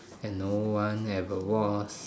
that no one ever was